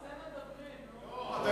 לא על זה מדברים, נו.